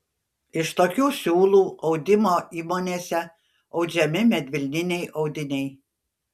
iš tokių siūlų audimo įmonėse audžiami medvilniniai audiniai